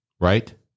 right